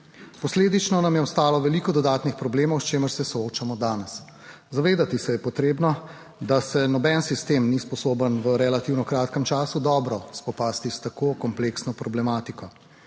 Posledično nam je ostalo veliko dodatnih problemov, s čimer se soočamo danes. Zavedati se je potrebno, da se noben sistem ni sposoben v relativno kratkem času dobro spopasti s tako kompleksno problematiko